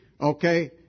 okay